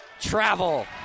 Travel